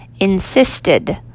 Insisted